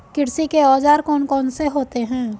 कृषि के औजार कौन कौन से होते हैं?